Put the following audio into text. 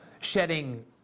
shedding